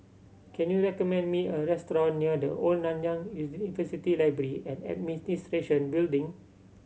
can you recommend me a restaurant near The Old Nanyang University Library and Administration Building